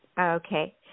Okay